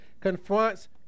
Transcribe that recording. confronts